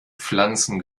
pflanzen